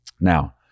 Now